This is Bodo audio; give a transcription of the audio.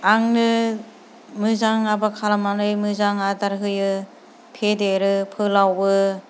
आंनो मोजां आबोर खालामनानै मोजां आदार होयो फेदेरो फोलावो